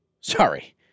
Sorry